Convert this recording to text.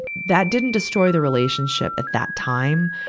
that didn't destroy the relationship at that time.